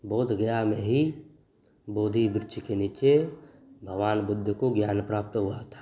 बोधगया में ही बोधि वृक्ष के नीचे भगवान बुध को ज्ञान प्राप्त हुआ था